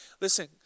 listen